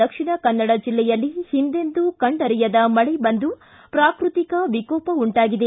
ದಕ್ಷಿಣ ಕನ್ನಡ ಜಿಲ್ಲೆಯಲ್ಲಿ ಹಿಂದೆಂದೂ ಕಂಡರಿಯದ ಮಳೆ ಬಂದು ಪ್ರಾಕೃತಿಕ ವಿಕೋಪ ಉಂಟಾಗಿದೆ